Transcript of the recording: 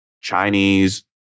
Chinese